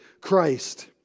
Christ